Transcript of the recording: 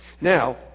now